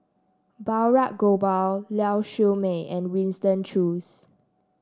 Balraj Gopal Lau Siew Mei and Winston Choos